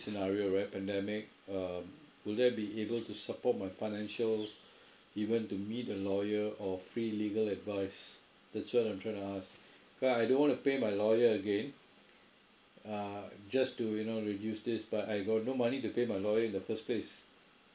scenario right pandemic um will they be able to support my financial even to meet the lawyer or free legal advice that's what I'm trying to ask because I don't want to pay my lawyer again uh just to you know reduce this but I got no money to pay my lawyer in the first place